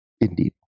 Indeed